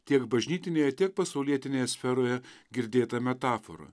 tiek bažnytinėje tiek pasaulietinėje sferoje girdėta metafora